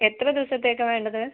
എത്ര ദിവസത്തേക്കാണ് വേണ്ടത്